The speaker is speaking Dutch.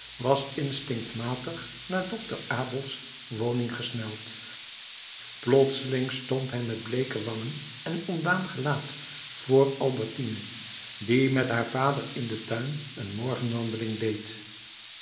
was instinctmatig naar dokter abels woning gesneld plotseling stond hij met bleeke wangen en ontdaan gelaat voor albertine die met haar vader in den tuin een morgenwandeling deed